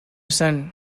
son